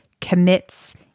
commits